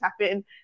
happen